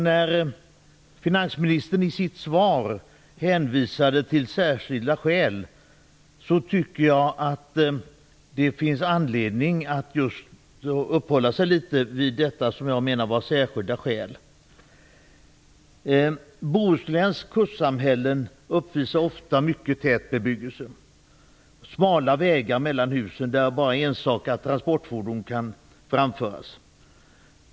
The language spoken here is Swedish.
När finansministern i sitt svar hänvisar till särskilda skäl, tycker jag att det finns anledning att uppehålla sig just vid det som jag menar med särskilda skäl. Bohusläns kustsamhällen uppvisar ofta mycket tät bebyggelse. Det är smala vägar mellan husen, där bara enstaka transportfordon kan framföras.